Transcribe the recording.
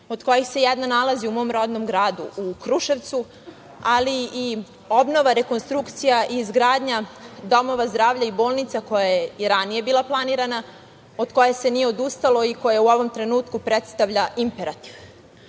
od kojih se jedna nalazi u mom rodnom gradu, u Kruševcu, ali i obnova, rekonstrukcija i izgradnja domova zdravlja i bolnica koja je i ranije bila planirana, od koje se nije odustalo i koja u ovom trenutku predstavlja imperativ. Kao